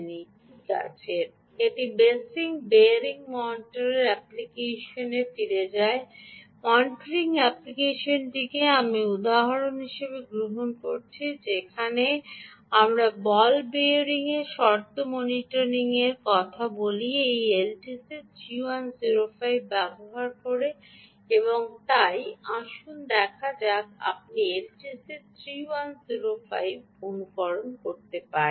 ঠিক আছে এটি বেসিক বিয়ারিং মনিটরিং অ্যাপ্লিকেশনটির ফিরে যায় মনিটরিং অ্যাপ্লিকেশনটিকে আমি উদাহরণ হিসাবে গ্রহণ করেছি যেখানে আমরা বল বিয়ারিংয়ের শর্ত মনিটরিং শর্ত মনিটরিংয়ের কথা বলি যা এই এলটিসি 3105 ব্যবহার করে এবং তাই আসুন দেখা যাক আপনি এলটিসি 3105 অনুকরণ করতে পারেন